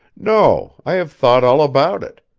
no, i have thought all about it.